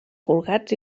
colgats